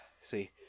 See